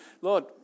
Lord